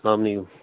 سلام علیکُم